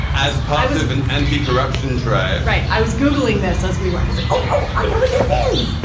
as pilots of an anti-corruption drive. right. i was googling this as we were. i was like oh i know what this is.